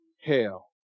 hell